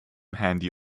handy